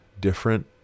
different